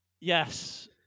Yes